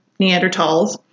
Neanderthals